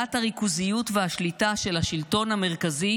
הגדלת הריכוזיות והשליטה של השלטון המרכזי